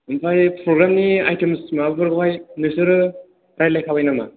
ओमफ्राय प्रग्रामनि आयटेम्स माबाफोरखौहाय नोंसोरो रायज्लाय खाबाय नामा